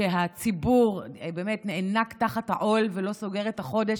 כשהציבור נאנק תחת העול ולא סוגר את החודש.